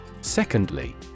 Secondly